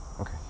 Okay